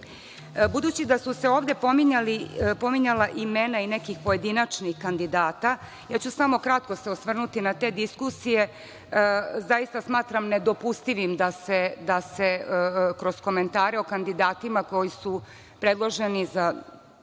da su se ovde pominjala i nekih pojedinačnih kandidata, ja ću se samo kratko osvrnuti na te diskusije. Zaista smatram nedopustivim da se kroz komentare o kandidatima koji su predloženi za